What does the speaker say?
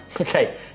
Okay